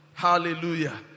Hallelujah